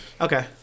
Okay